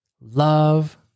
love